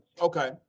Okay